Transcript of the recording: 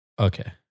okay